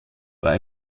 war